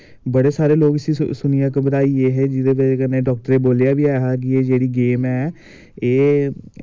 बड़े सारे लोग इस्सी सुनियै घवराई गे हे जेह्दे बज़ह कन्नै डाक्टरें बोलेआ बी ऐही कि एह् जेह्ड़ी गेम ऐ एह्